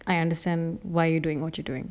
I understand why you doing what you're doing